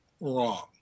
wrong